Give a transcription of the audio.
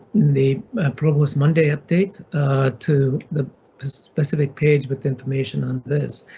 the provost monday update to the specific page with information on this.